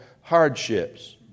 hardships